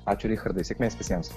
ačiū richardai sėkmės visiems